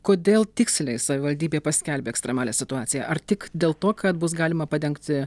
kodėl tiksliai savivaldybė paskelbė ekstremalią situaciją ar tik dėl to kad bus galima padengti